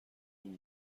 این